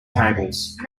tables